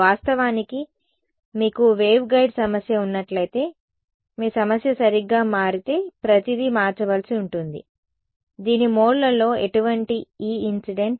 వాస్తవానికి మీకు waveguide సమస్య ఉన్నట్లయితే మీ సమస్య సరిగ్గా మారితే ప్రతిదీ మార్చవలసి ఉంటుంది దీని మోడ్లలో ఎటువంటి e ఇన్సిడెంట్ లేదు